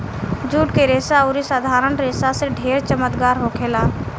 जुट के रेसा अउरी साधारण रेसा से ढेर चमकदार होखेला